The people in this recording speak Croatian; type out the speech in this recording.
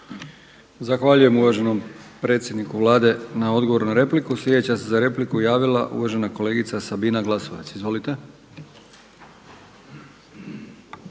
Zahvaljujem uvaženom predsjedniku Vlade na odgovoru na repliku. Sljedeća replika uvažena kolegica Sabina Glasovac. Izvolite.